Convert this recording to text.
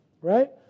right